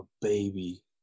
baby